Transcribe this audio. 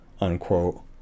unquote